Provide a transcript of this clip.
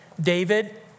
David